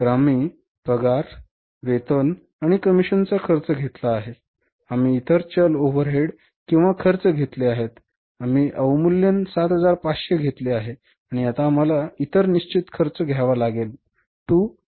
तर आम्ही पगार वेतन आणि कमिशनचा खर्च घेतला आहे आम्ही इतर चल ओव्हरहेड किंवा खर्च घेतले आहेत आम्ही अवमूल्यन 7500 घेतले आहे आणि आता आम्हाला इतर निश्चित खर्च घ्यावा लागेल To other fixed expenses